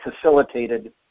facilitated